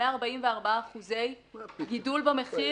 144% גידול במחיר.